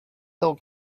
hill